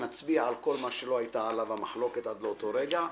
נצביע על כל מה שלא היתה עליו המחלוקת עד לאותו רגע,